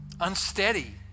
unsteady